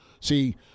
See